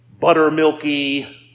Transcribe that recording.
buttermilky